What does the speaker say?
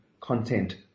content